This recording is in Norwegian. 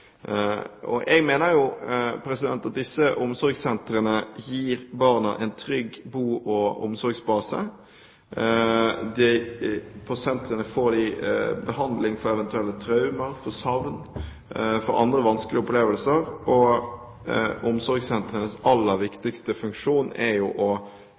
Jeg mener at disse omsorgssentrene gir barna en trygg bo- og omsorgsbase. På sentrene får de behandling for eventuelle traumer, for savn og for andre vanskelige opplevelser. Omsorgssentrenes aller viktigste funksjon er jo